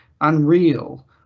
unreal